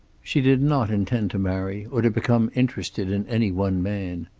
she did not intend to marry, or to become interested in any one man.